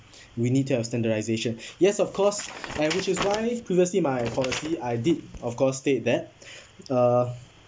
we need to have standardisation yes of course and which is why previously my policy I did of course state that uh